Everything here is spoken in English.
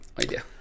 idea